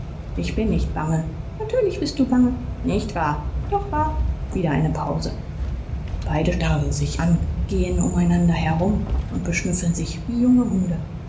ich bin nicht bange natürlich bist du bange nicht wahr doch wahr wieder eine pause beide starren sich an gehen umeinander herum und beschnüffeln sich wie junge hunde